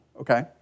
Okay